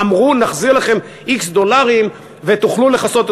אמרו: נחזיר לכם x דולרים ותוכלו לכסות את